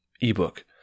ebook